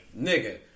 Nigga